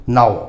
now